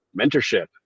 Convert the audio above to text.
mentorship